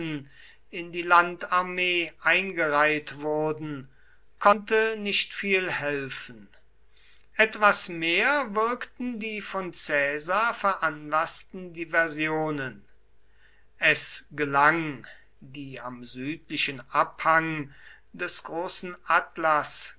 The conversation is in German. in die landarmee eingereiht wurden konnte nicht viel helfen etwas mehr wirkten die von caesar veranlaßten diversionen es gelang die am südlichen abhang des großen atlas